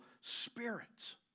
spirits